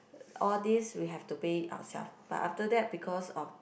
all this we have to pay ourselves but after that because of